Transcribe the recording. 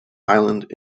island